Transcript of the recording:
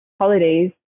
holidays